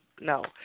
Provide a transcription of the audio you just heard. no